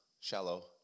Shallow